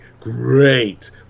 great